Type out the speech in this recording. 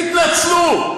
תתנצלו.